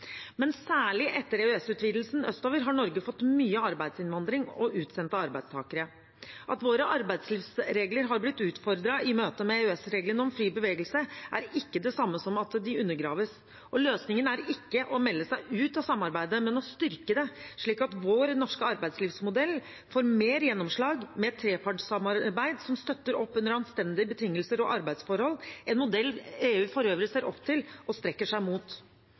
Men særlig etter EØS-utvidelsen østover har Norge fått mye arbeidsinnvandring og utsendte arbeidstakere. At våre arbeidslivsregler har blitt utfordret i møte med EØS-reglene om fri bevegelse, er ikke det samme som at de undergraves. Løsningen er ikke å melde seg ut av samarbeidet, men å styrke det, slik at vår norske arbeidslivsmodell får mer gjennomslag, med trepartssamarbeid som støtter opp under anstendige betingelser og arbeidsforhold – en modell EU for øvrig ser opp til og strekker seg mot.